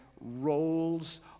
roles